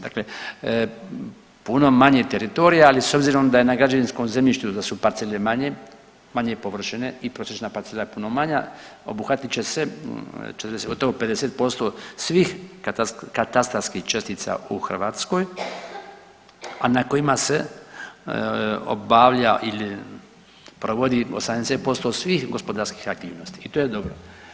Dakle, puno manje teritorija ali s obzirom da je na građevinskom zemljištu da su parcele manje, manje površine i prosječna parcela je puno manja obuhvatit će se gotovo 50% svih katastarskih čestica u Hrvatskoj, a na kojima se obavlja ili provodi 80% svih gospodarskih aktivnosti i to je dobro.